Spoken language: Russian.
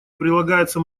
прилагается